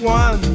one